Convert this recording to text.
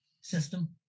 system